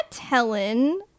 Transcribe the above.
Helen